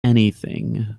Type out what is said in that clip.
anything